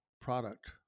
product